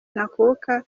ntakuka